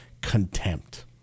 contempt